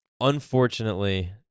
unfortunately